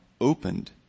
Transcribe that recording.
opened